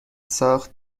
ساخت